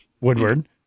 Woodward